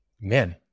man